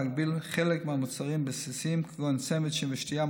להגביל מחירים של חלק מהמוצרים הבסיסיים כגון סנדוויצ'ים ושתייה,